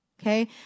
Okay